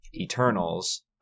eternals